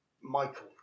Michael